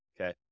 Okay